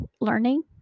learning